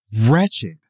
wretched